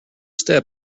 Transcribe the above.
step